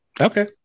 Okay